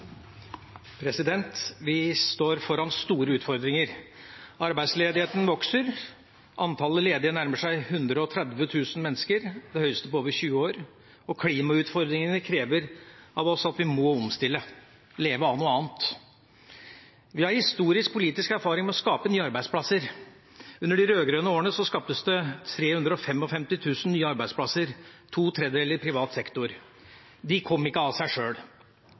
står foran store utfordringer. Arbeidsledigheten vokser, antall ledige nærmer seg 130 000 mennesker – det høyeste på over tjue år – og klimautfordringene krever av oss at vi må omstille og leve av noe annet. Vi har historisk politisk erfaring med å skape nye arbeidsplasser. Under de rød-grønne årene ble det skapt 355 000 nye arbeidsplasser, to tredjedeler av disse i privat sektor. De kom ikke av seg sjøl.